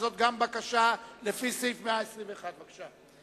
אבל גם זו בקשה לפי סעיף 121. בבקשה.